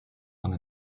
und